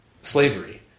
Slavery